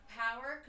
power